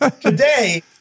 Today